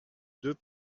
deux